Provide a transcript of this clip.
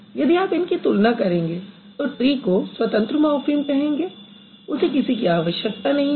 यदि आप इनकी तुलना करेंगे तो ट्री को स्वतंत्र मॉर्फ़िम कहेंगे उसे किसी की आवश्यकता नहीं है